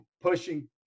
pushing